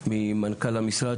ממנכ"ל המשרד,